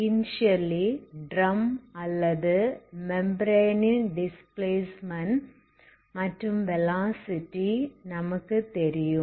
initially drum அல்லது மெம்ப்ரேனின் displacement மற்றும் வெலாசிட்டி நமக்கு தெரியும்